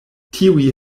tiuj